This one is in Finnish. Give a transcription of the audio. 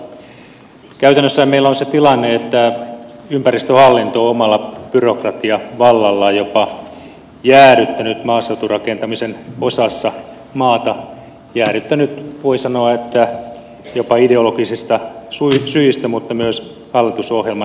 käytännössähän meillä on se tilanne että ympäristöhallinto on omalla byrokratiavallallaan jopa jäädyttänyt maaseuturakentami sen osassa maata voi sanoa että jäädyttänyt jopa ideologisista syistä mutta myös hallitusohjelman tukemana